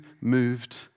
Moved